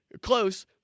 close